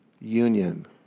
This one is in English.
union